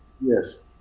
Yes